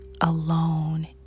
alone